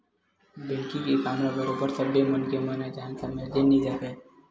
banking के काम ल बरोबर सब्बे मनखे मन ह जाने समझे नइ सकय